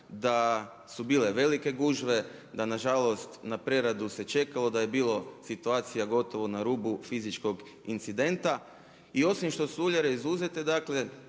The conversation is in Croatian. da su bile velike gužve, da nažalost na preradu se čekalo, da je bilo situacija gotovo na rubu fizičkog incidenta. I osim što su uljare izuzete dakle,